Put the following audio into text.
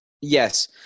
Yes